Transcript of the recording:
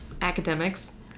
academics